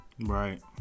Right